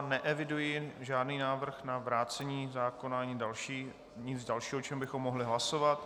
Neeviduji žádný návrh na vrácení zákona ani nic dalšího, o čem bychom mohli hlasovat.